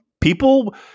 people